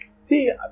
See